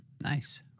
nice